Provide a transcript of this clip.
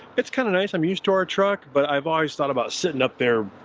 it's kind of nice. i'm used to our truck, but i've always thought about sitting up there,